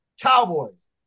Cowboys